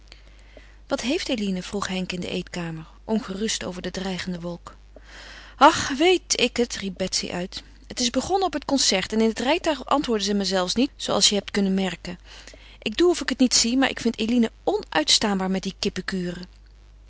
wat heeft eline vroeg henk in de eetkamer ongerust over de dreigende wolk ach weet ik het riep betsy uit het is begonnen op het concert en in het rijtuig antwoordde zij me zelfs niet zooals je hebt kunnen merken ik doe of ik het niet zie maar ik vind eline onuitstaanbaar met die